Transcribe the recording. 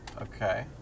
Okay